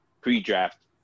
pre-draft